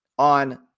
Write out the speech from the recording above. on